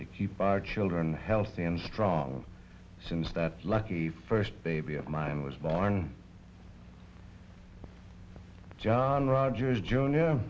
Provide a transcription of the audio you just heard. to keep our children healthy and strong since that lucky first baby of mine was born john rogers junior